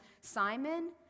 Simon